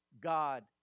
God